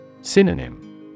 Synonym